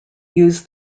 use